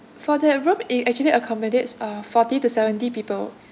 for that room it actually accommodates uh forty to seventy people